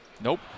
Nope